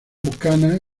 buchanan